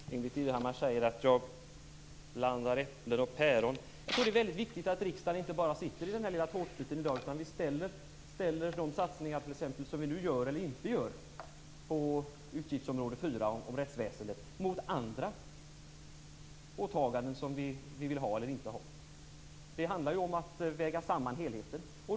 Herr talman! Ingbritt Irhammar säger att jag blandar äpplen och päron. Jag tror att det är viktigt att vi i riksdagen inte bara sitter här i tårtbiten i dag utan att vi ställer de satsningar som vi nu gör eller inte gör på utgiftsområde 4 om rättsväsendet mot andra åtaganden som vi vill eller inte vill ha. Det handlar om att väga samman helheten.